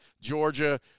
Georgia